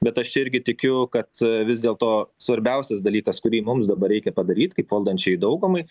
bet aš irgi tikiu kad vis dėlto svarbiausias dalykas kurį mums dabar reikia padaryt kaip valdančiajai daugumai